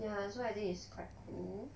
ya so I think it's quite cool